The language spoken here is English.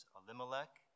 Elimelech